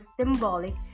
symbolic